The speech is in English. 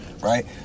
right